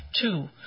Two